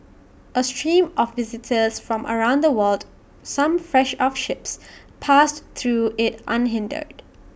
A stream of visitors from around the world some fresh off ships passed through IT unhindered